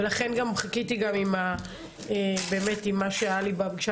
ולכן גם חיכיתי גם באמת עם מה שהיה לי בפגישה